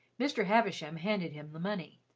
mr. havisham handed him the money.